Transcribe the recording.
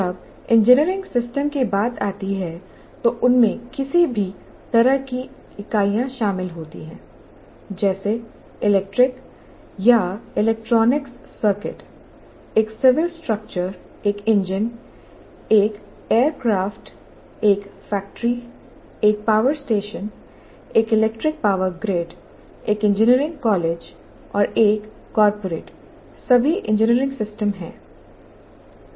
जब engineering system की बात आती है तो उनमें किसी भी तरह की इकाइयाँ शामिल होती हैं जैसे इलेक्ट्रिक या इलेक्ट्रॉनिक्स सर्किट एक सिविल स्ट्रक्चर एक इंजन एक एयरक्राफ्ट एक फैक्ट्री एक पावर स्टेशन एक इलेक्ट्रिक पावर ग्रिड एक इंजीनियरिंग कॉलेज और एक कॉर्पोरेट सभी इंजीनियरिंग सिस्टम हैं